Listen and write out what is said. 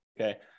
okay